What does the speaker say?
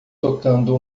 tocando